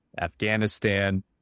Afghanistan